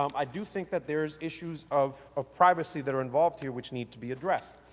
um i do think that there is issues of ah privacy that are involved here which needs to be addressed.